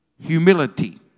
humility